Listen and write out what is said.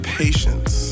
patience